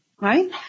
Right